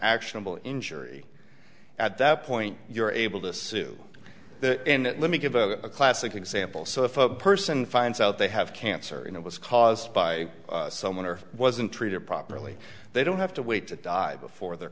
actionable injury at that point you're able to sue in that let me give a classic example so if a person finds out they have cancer and it was caused by someone or wasn't treated properly they don't have to wait to die before their